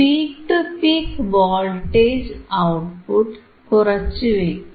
peak to peak voltage output കുറിച്ചുവയ്ക്കു